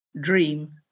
dream